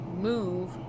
move